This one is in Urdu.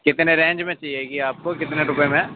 کتنے رینج میں چاہیے یہ آپ کو کتنے روپیے میں